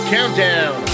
Countdown